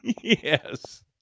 Yes